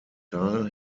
tal